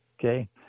okay